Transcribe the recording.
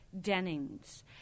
Dennings